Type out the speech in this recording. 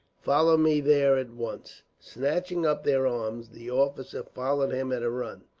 follow me there at once. snatching up their arms, the officers followed him at a run.